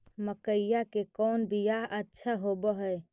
मकईया के कौन बियाह अच्छा होव है?